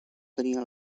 tenia